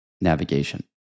navigation